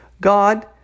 God